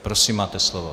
Prosím, máte slovo.